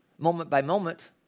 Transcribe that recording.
moment-by-moment